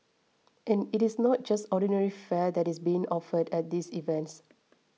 and it is not just ordinary fare that is being offered at these events